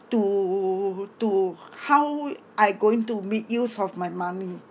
to to how I going to make use of my money